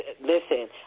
listen